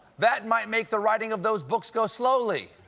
that might make the writing of those books go slowly.